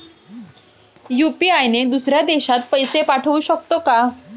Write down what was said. UPI ने दुसऱ्या देशात पैसे पाठवू शकतो का?